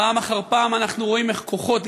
פעם אחר פעם אנחנו רואים איך כוחות,